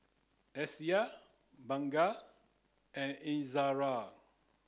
Syah Bunga and Izzara